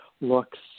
looks